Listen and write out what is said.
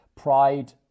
Pride